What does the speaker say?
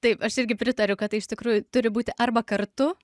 taip aš irgi pritariu kad tai iš tikrųjų turi būti arba kartu